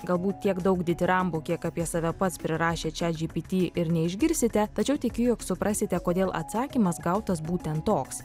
galbūt tiek daug ditirambų kiek apie save pats prirašė chatgpt ir neišgirsite tačiau tikiu jog suprasite kodėl atsakymas gautas būtent toks